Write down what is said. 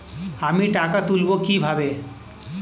আমি টাকা তুলবো কি ভাবে?